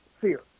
fear